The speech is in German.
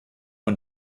und